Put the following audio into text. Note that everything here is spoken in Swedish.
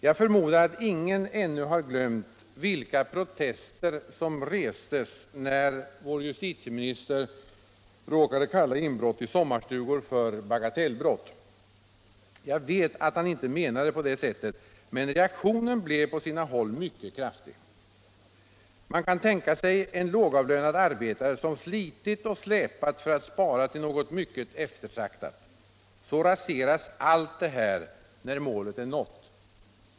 Jag förmodar att ingen ännu har glömt vilka protester som restes, när vår justitieminister råkade kalla inbrott i sommarstugor för bagatellbrott. Jag vet att han inte menade på det sättet, men reaktionen blev på sina håll mycket kraftig. Man kan tänka sig en lågavlönad arbetare som slitit och släpat för att spara till något mycket eftertraktat. Så raseras allt detta när målet är nått.